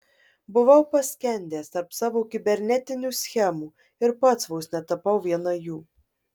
buvau paskendęs tarp savo kibernetinių schemų ir pats vos netapau viena jų